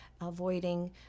avoiding